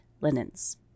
linens